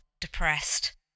depressed